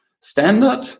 Standard